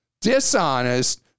dishonest